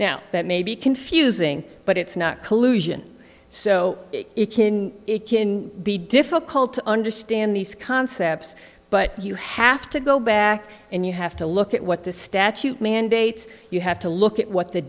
now that may be confusing but it's not collusion so it can it can be difficult to understand these concepts but you have to go back and you have to look at what the statute mandates you have to look at what the